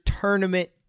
tournament